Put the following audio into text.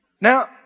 now